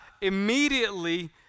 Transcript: immediately